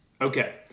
Okay